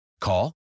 Call